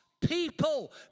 people